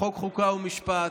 חוק ומשפט,